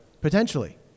Potentially